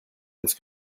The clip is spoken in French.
que